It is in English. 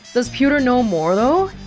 does pewter know more, though?